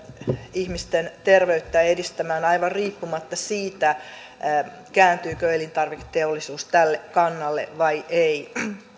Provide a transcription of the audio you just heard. ihmisten terveyttä edistämään aivan riippumatta siitä kääntyykö elintarviketeollisuus tälle kannalle vai ei